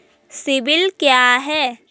CIBIL क्या है?